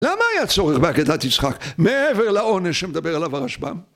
למה היה צורך בעקידת יצחק מעבר לעונש שמדבר עליו הרשב"ם?